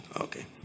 Okay